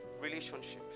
relationships